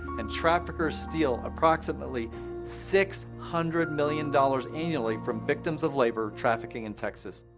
and traffickers steal approximately six hundred million dollars annually from victims of labor trafficking in texas.